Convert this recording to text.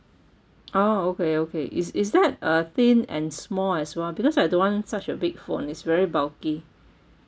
orh okay okay is is that uh thin and small as well because I don't want such a big phone it's very bulky